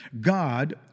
God